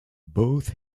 both